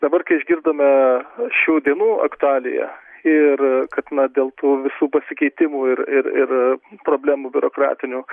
dabar kai išgirdome šių dienų aktualiją ir kad na dėl tų visų pasikeitimų ir ir ir problemų biurokratinių